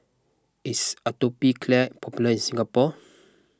is Atopiclair popular in Singapore